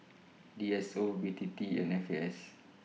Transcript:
D S O B T T and F A S